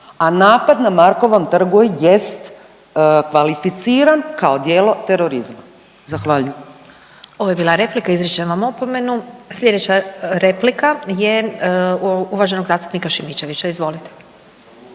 a napad na Markovom trgu jest kvalificiran kao djelo terorizma. Zahvaljujem. **Glasovac, Sabina (SDP)** Ovo je bila replika, izričem vam opomenu. Sljedeća replika je uvaženog zastupnika Šimičevića. Izvolite.